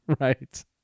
Right